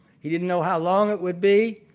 he didn't know how long it would be.